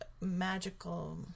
magical